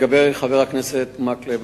לשאלה של חבר הכנסת מקלב,